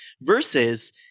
Versus